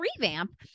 revamp